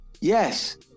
Yes